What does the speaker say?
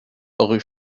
rue